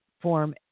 form